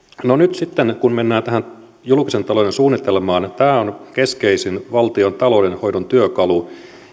nyt sitten kun mennään tähän julkisen talouden suunnitelmaan tämä on keskeisin valtiontalouden hoidon työkalu